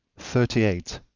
thirty eight.